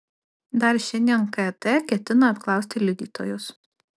dar šiandien kt ketina apklausti liudytojus